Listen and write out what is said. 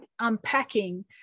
unpacking